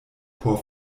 por